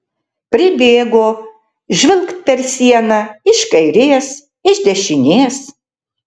pribėgo žvilgt per sieną iš kairės iš dešinės